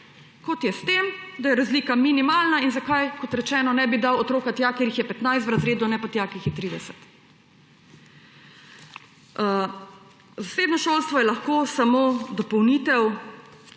kot je s tem, da je razlika minimalna in zakaj, kot rečeno, ne bi dal otroka tja, kjer je 15 v razredu, ne pa tja, kjer jih je 30. Zasebno šolstvo je lahko samo dopolnitev,